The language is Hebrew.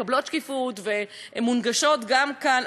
מקבלות שקיפות והן מונגשות גם כאן.